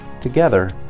Together